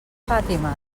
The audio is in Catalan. fàtima